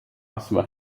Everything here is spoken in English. customer